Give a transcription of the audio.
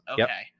Okay